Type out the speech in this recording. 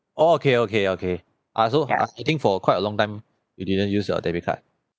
oh okay okay okay I also I think for quite a long time you didn't use your debit card